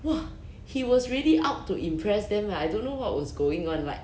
!wah! he was really out to impress them lah I don't know what was going on like